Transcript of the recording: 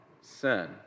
sin